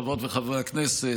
חברות וחברי הכנסת,